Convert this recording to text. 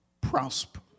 prosper